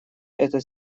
этот